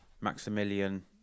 maximilian